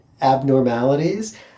abnormalities